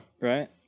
Right